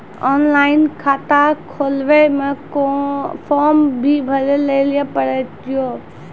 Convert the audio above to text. Online खाता खोलवे मे फोर्म भी भरे लेली पड़त यो?